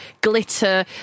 glitter